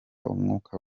umwuka